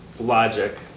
Logic